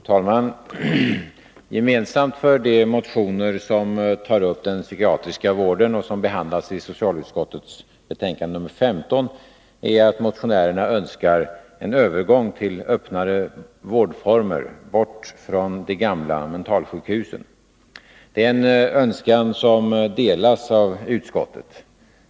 Fru talman! Gemensamt för de motioner som tar upp den psykiatriska vården och som behandlats i socialutskottets betänkande nr 15 är att motionärerna önskar en övergång till öppnare vårdformer, bort från de gamla mentalsjukhusen. Det är en önskan som delas av utskottet.